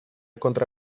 contra